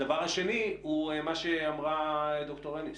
הדבר השני הוא מה שאמרה ד"ר אניס.